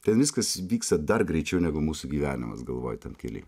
ten viskas vyksta dar greičiau negu mūsų gyvenimas galvoj ten kely